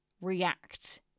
react